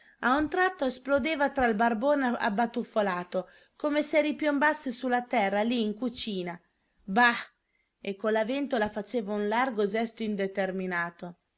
a un tratto esplodeva tra il barbone abbatuffolato come se ripiombasse su la terra lì in cucina bah e con la ventola faceva un largo gesto indeterminato